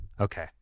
Okay